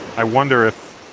i wonder if.